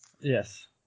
yes